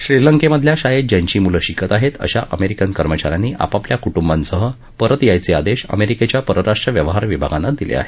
श्रीलंकेमधल्या शाळेत ज्यांची मुलं शिकत आहेत अशा अमेरिकन कर्मचाऱ्यांनी आपापल्या कुटुंबासह परत येण्याचे आदेश अमेरिकेच्या परराष्ट्र व्यवहार विभागानं दिले आहेत